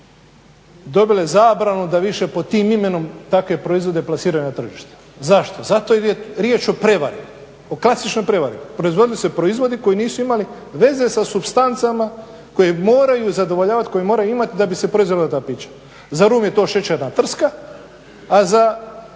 dobile zabranu da više pod tim imenom takve proizvode plasiraju na tržište. Zašto, zato jer je riječ o prevari, o klasičnoj prevari. Proizvodili su se proizvodi koji nisu imali veza sa supstancama koje moraju zadovoljavati, koje moraju imati da bi se proizvela ta pića. Za rum je to šećerna trska, a za